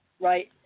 right